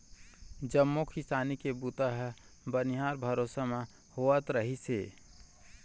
जम्मो किसानी के बूता ह बनिहार भरोसा म होवत रिहिस हे